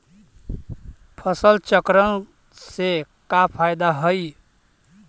फसल चक्रण से का फ़ायदा हई?